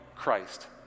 Christ